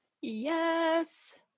Yes